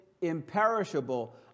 imperishable